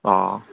অঁ